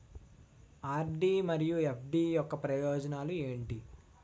RD మరియు FD యొక్క ప్రయోజనాలు ఏంటి?